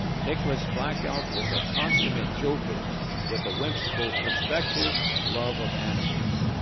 nicholas black elk was a consummate joker with a whimsical perspective and love of animals.